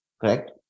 correct